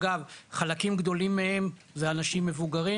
אגב, חלקים גדולים מהם זה אנשים מבוגרים,